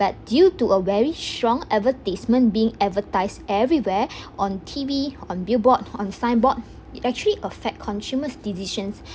but due to a very strong advertisement being advertised everywhere on T_V on billboard on signboard it actually affect consumers decisions